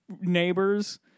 Neighbors